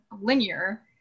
linear